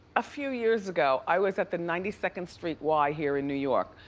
a few years ago, i was at the ninety second street y here in new york,